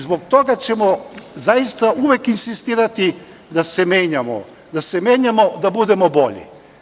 Zbog toga ćemo zaista uvek insistirati da se menjamo, da se menjamo, da budemo bolji.